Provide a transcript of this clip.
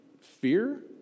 fear